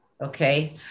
okay